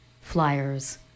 flyers